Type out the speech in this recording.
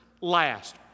last